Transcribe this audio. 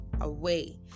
away